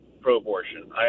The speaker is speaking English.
pro-abortion